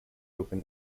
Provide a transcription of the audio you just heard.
open